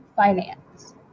finance